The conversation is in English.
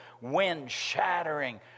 wind-shattering